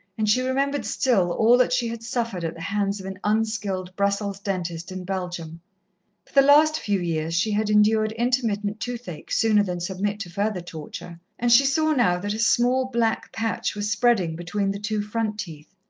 and she remembered still all that she had suffered at the hands of an unskilled brussels dentist in belgium. for the last few years she had endured intermittent toothache, sooner than submit to further torture, and she saw now that a small black patch was spreading between the two front teeth.